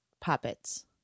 puppets